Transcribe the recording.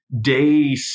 day